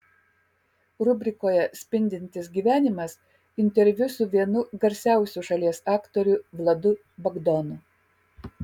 rubrikoje spindintis gyvenimas interviu su vienu garsiausių šalies aktorių vladu bagdonu